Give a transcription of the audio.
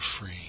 free